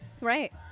Right